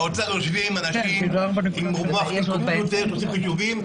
באוצר יושבים אנשים עם קומפיוטר ועושים חישובים,